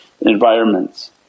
environments